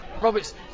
Roberts